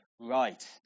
right